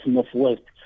Northwest